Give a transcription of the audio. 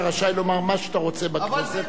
אתה רשאי לומר מה שאתה רוצה בכנסת,